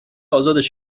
ازادش